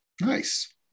Nice